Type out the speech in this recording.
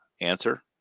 answer